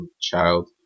child